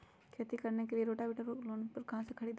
खेती करने के लिए रोटावेटर लोन पर कहाँ से खरीदे?